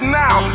now